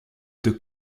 the